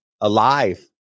alive